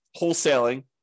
wholesaling